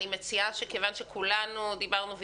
אני מציעה שכיוון שכולנו דיברנו,